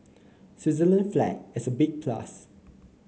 Switzerland flag is a big plus